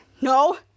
No